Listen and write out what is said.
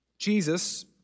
Jesus